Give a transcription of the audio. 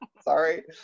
Sorry